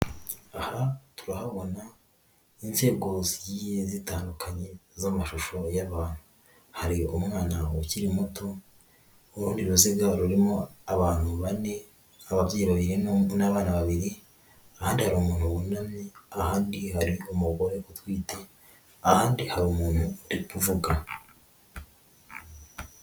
Aha turahabona inzego zigiye zitandukanye z'amashusho y'abantu, hari umwana ukiri muto, urundi ruziga rurimo abantu bane, ababyeyi babiri n'abana babiri, ahandi hari umuntu wunamye, ahandi hari umugore utwite, ahandi hari umuntu uri kuvuga.